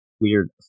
Weird